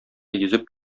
йөзеп